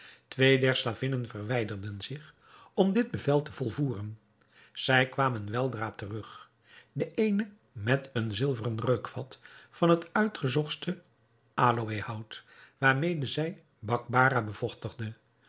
twee der slavinnen verwijderden zich om dit bevel te volvoeren zij kwamen weldra terug de eene met een zilveren reukvat van het uitgezochtste aloëhout waarmede zij bakbarah